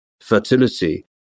fertility